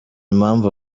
impamvu